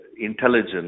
intelligence